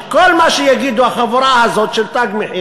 שכל מה שיגידו החבורה הזאת של "תג מחיר",